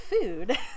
food